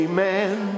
Amen